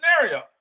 scenario